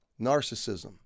Narcissism